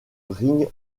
rink